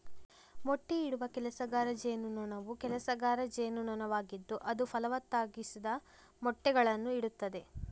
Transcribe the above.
ಮೊಟ್ಟೆಯಿಡುವ ಕೆಲಸಗಾರ ಜೇನುನೊಣವು ಕೆಲಸಗಾರ ಜೇನುನೊಣವಾಗಿದ್ದು ಅದು ಫಲವತ್ತಾಗಿಸದ ಮೊಟ್ಟೆಗಳನ್ನು ಇಡುತ್ತದೆ